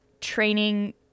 training